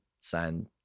sign